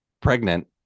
pregnant